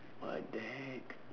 what the heck